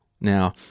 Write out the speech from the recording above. Now